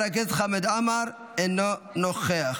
חבר הכנסת חמד עמאר, אינו נוכח.